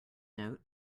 note